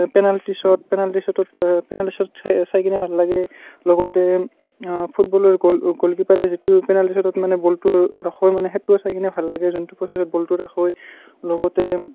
penalty shot penalty শ্বটত penalty শ্বটত চাই চাই কিনে ভাল লাগে লগতে ফুটবলৰ গ'ল গ'লকীপাৰে যিটো পেনাল্টি শ্বটত মানে বলটো ৰাখে মানে সেইটোও চাই কিনে ভাল লাগে যোনটো প্ৰ'চেছত বলটো ৰাখে লগতে